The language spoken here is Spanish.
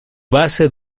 base